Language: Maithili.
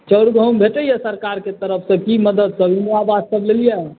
चाउर गहूॅंम भेटैया सरकारके तरफसे की मदद करु इन्द्रा आवास सभ लेलियै